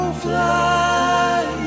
fly